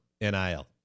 NIL